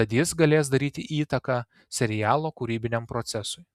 tad jis galės daryti įtaką serialo kūrybiniam procesui